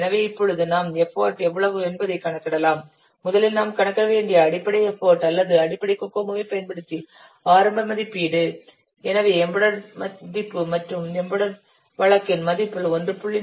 எனவே இப்பொழுது நாம் எஃபர்ட் எவ்வளவு என்பதைக் கணக்கிடலாம் முதலில் நாம் கணக்கிட வேண்டிய அடிப்படை எஃபர்ட் அல்லது அடிப்படை கோகோமோவைப் பயன்படுத்தி ஆரம்ப மதிப்பீடு எனவே எம்பெடெட் மதிப்பு எம்பெடெட் வழக்கின் மதிப்பில் 1